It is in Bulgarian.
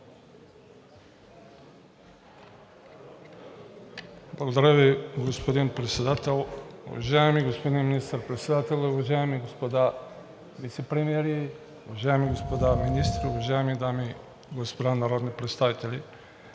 Благодаря Ви, господин Председател. Уважаеми господин Министър-председател, уважаеми господа вицепремиери, уважаеми господа министри, уважаеми дами и господа народни представители!